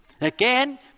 again